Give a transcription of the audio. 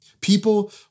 People